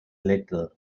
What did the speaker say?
little